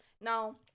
Now